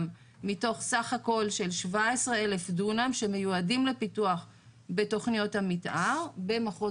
מתוך סה"כ של 17,000 דונם שמיועדים לפיתוח בתוכניות המתאר במחוז